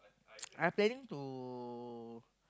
I planning to